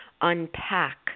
unpack